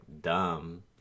dumb